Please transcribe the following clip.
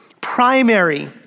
primary